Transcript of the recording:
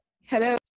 Hello